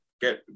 get